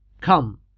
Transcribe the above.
Come